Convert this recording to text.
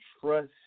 trust